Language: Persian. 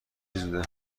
زوده